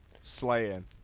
slaying